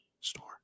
store